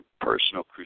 personal